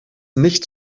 nicht